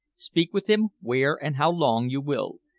speak with him where and how long you will.